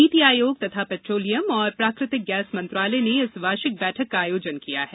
नीति आयोग तथा पैट्रोलियम और प्राकृतिक गैस मंत्रालय ने इस वार्षिक बैठक का आयोजन किया है